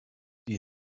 die